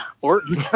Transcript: Orton